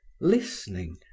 listening